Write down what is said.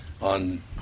on